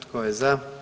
Tko je za?